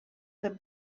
the